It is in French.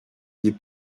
des